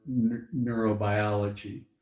neurobiology